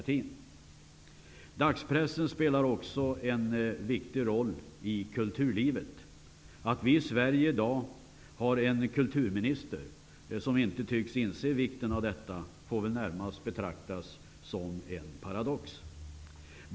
Dagspressen spelar också en viktig roll i kulturlivet. Att vi i Sverige i dag har en kulturminister som inte tycks inse vikten av detta får väl närmast betraktas som en paradox.